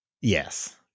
Yes